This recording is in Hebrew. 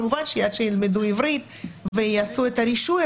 כמובן שעד שילמדו עברית ויעשו את הרישוי,